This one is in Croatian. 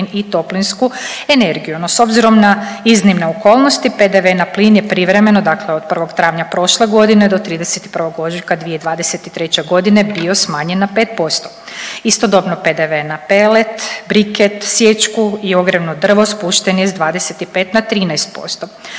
i toplinsku energiju. No s obzirom na iznimne okolnosti PDV na plin je privremeno, dakle od 1. travnja prošle godine do 31. ožujka 2023.g. bio smanjen na 5%, istodobno PDV na pelet, briket, sječku i ogrjevno drvo spušten je s 25 na 13%.